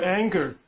anger